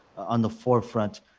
on the forefront.